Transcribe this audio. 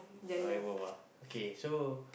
I go home ah okay so